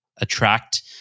attract